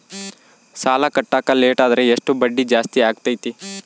ಸಾಲ ಕಟ್ಟಾಕ ಲೇಟಾದರೆ ಎಷ್ಟು ಬಡ್ಡಿ ಜಾಸ್ತಿ ಆಗ್ತೈತಿ?